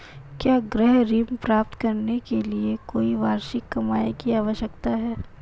क्या गृह ऋण प्राप्त करने के लिए कोई वार्षिक कमाई की आवश्यकता है?